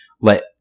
let